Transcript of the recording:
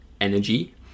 energy